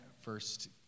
first